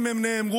אם הם נאמרו,